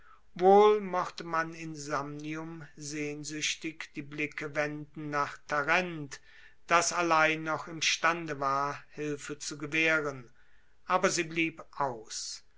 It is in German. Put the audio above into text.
wohl mochte man in samnium sehnsuechtig die blicke wenden nach tarent das allein noch imstande war hilfe zu gewaehren aber sie blieb aus